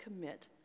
commit